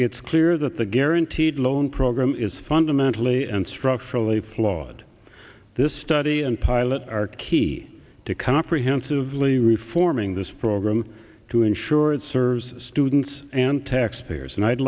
it's clear that the guaranteed loan program is fundamentally and structurally flawed this study and pilot are key to comprehensively reforming this program to ensure it serves students and taxpayers and i'd